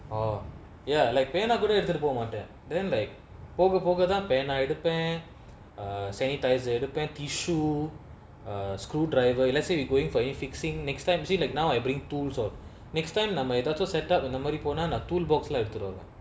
oh ya like பேனா கூட எடுத்துட்டு போமாட்டன்:penaa kooda eduthuttu pomaatan then like போக போகதா பேனா எடுப்பன்:poka pokathaa penaa edupan err sanitiser எடுப்பன்:edupan tissue err screwdriver let's say you going for you fixing next time see like now I bring tools all next time நம்ம எதாச்சு:namma ethaachu set up இந்தமாரி போனா நா:inthamaari ponaa na toolbox lah எடுத்துட்டு வருவ:eduthuttu varuva